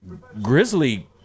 grizzly